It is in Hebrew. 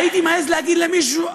הייתי מעז להגיד למישהו,